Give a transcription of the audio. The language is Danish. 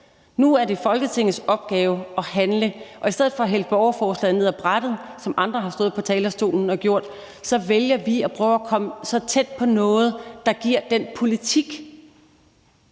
Nu er det Folketingets opgave at handle, og i stedet for at hælde borgerforslaget ned ad brættet, som andre har stået på talerstolen og gjort, så vælger vi at prøve at komme så tæt på noget, der giver den politik,